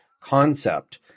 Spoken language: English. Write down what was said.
concept